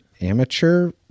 amateur